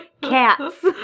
Cats